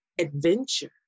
adventure